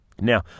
Now